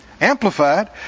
Amplified